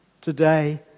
today